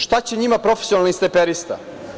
Šta će njima profesionalni snajperista?